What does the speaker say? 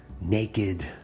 naked